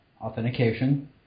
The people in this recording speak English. Authentication